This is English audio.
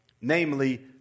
namely